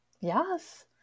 Yes